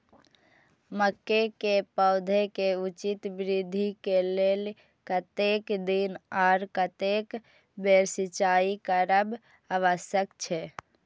मके के पौधा के उचित वृद्धि के लेल कतेक दिन आर कतेक बेर सिंचाई करब आवश्यक छे?